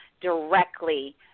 directly